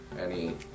any-